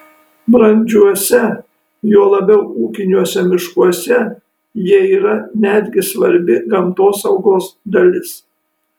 brandžiuose juo labiau ūkiniuose miškuose jie yra netgi svarbi gamtosaugos dalis